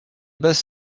bases